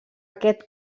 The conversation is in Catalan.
aquest